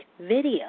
video